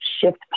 shift